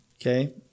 okay